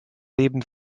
leben